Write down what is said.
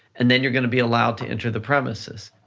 and then you're gonna be allowed to enter the premises.